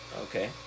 Okay